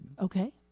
Okay